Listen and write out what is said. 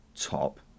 top